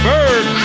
Bird